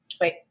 wait